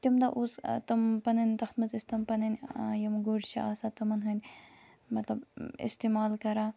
تَمہِ دۄہ اوس تِم پَنٕنۍ تَتھ مَنٛز ٲسۍ تِم پَنٕنۍ یِم گُرۍ چھِ آسان تِمَن ہٕندۍ مطلب استعمال کَران